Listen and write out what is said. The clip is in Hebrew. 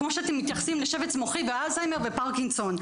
כמו שאתם מתייחסים לשבץ מוחי ואלצהיימר ופרקינסון,